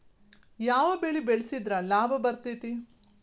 ಯಾವ ಬೆಳಿ ಬೆಳ್ಸಿದ್ರ ಲಾಭ ಬರತೇತಿ?